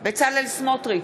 בצלאל סמוטריץ,